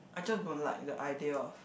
I just don't like the idea of